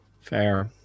Fair